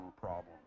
problems